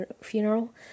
funeral